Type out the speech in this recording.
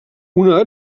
una